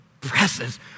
presses